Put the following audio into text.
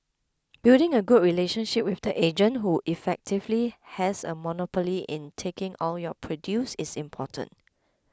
building a good relationship with the agent who effectively has a monopoly in taking all your produce is important